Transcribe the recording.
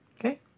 Okay